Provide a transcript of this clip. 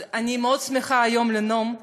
אז אני מאוד שמחה היום לנאום פה,